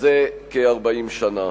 זה כ-40 שנים.